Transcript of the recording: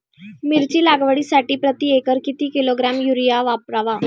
मिरची लागवडीसाठी प्रति एकर किती किलोग्रॅम युरिया वापरावा?